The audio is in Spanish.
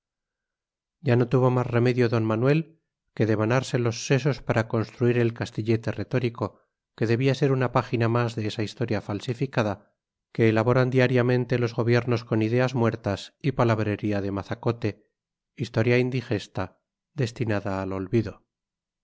ya no tuvo más remedio d manuel que devanarse los sesos para construir el castillete retórico que debía ser una página más de esa historia falsificada que elaboran diariamente los gobiernos con ideas muertas y palabrería de mazacote historia indigesta destinada al olvido